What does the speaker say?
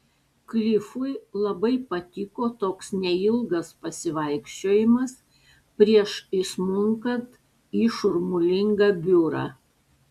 klifui labai patiko toks neilgas pasivaikščiojimas prieš įsmunkant į šurmulingą biurą